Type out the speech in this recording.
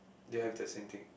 do you have the same thing